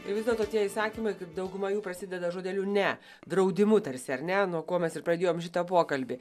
ir vis dėlto tie įsakymai kaip dauguma jų prasideda žodeliu ne draudimu tarsi ar ne nuo ko mes ir pradėjom šitą pokalbį